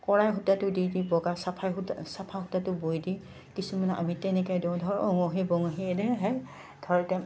কৰাই সূতাটো দি দি বগা চাফাই সূতা চাফা সূতাটো বৈ দি কিছুমানে আমি তেনেকৈ দিওঁ ধৰ অঙহি বঙহী এনে সেই ধৰ ত